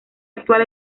actual